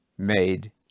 made